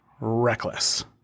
reckless